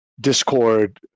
Discord